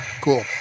cool